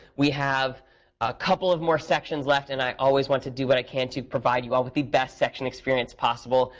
we have a couple of more sections left, and i always want to do what i can to provide you all with the best section experience possible.